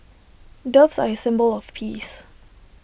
doves are A symbol of peace